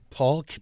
Paul